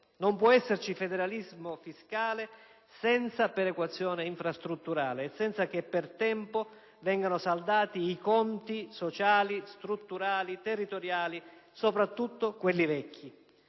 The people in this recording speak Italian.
Non può esserci federalismo fiscale senza perequazione infrastrutturale e senza che, per tempo, vengano saldati i conti sociali, strutturali, territoriali, soprattutto quelli vecchi.